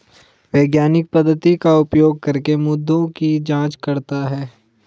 वैज्ञानिक पद्धति का उपयोग करके मुद्दों की जांच करता है